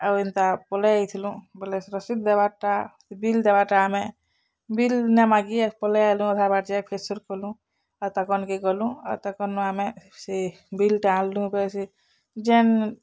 ଆଉ ଏନ୍ତା ପଲେଇ ଆଇଥିଲୁଁ ବୋଲେ ରସିଦ୍ ଦେବାର୍ ଟା ବିଲ୍ ଦେବା ଟା ଆମେ ବିଲ୍ ନାଇଁମାଗି ଆର୍ ପଲେଇଆଇଲୁଁ ଅଧା ବାଟ୍ ଯାଏଁ ଆର୍ ଫିର୍ସେ ଗଲୁଁ ଆଉ ତାକ ନିକେ ଗଲୁଁ ଆର୍ ତାକର୍ ନୁ ଆମେ ସେ ବିଲ୍ଟା ଆନଲୁଁ ବୋଇ ସେ ଯେନ୍